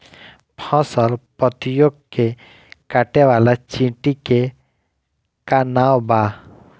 फसल पतियो के काटे वाले चिटि के का नाव बा?